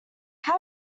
how